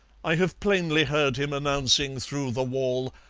i have plainly heard him announcing through the wall,